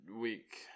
week